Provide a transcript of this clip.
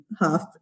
half